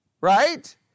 right